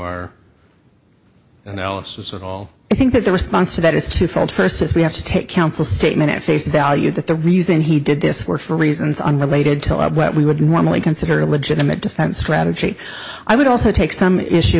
all i think that the response to that is twofold first is we have to take counsel statement at face value that the reason he did this were for reasons unrelated to what we would normally consider a legitimate defense strategy i would also take some issue